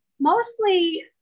mostly